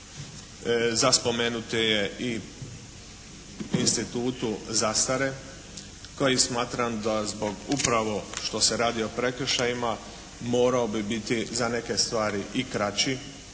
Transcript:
za spomenuti je i institutu zastare koji smatram da zbog upravo što se radi o prekršajima morao bi biti za neke stvari i kraći,